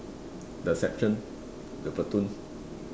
the section the platoon